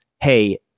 hey